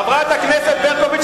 חברת הכנסת ברקוביץ,